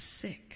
sick